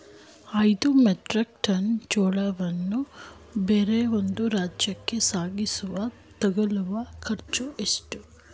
ಐದು metric tonne ಜೋಳವನ್ನು ಬೇರೊಂದು ರಾಜ್ಯಕ್ಕೆ ಸಾಗಿಸಲು ತಗಲುವ ಖರ್ಚು ಎಷ್ಟು?